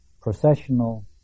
processional